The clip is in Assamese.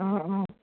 অঁ অঁ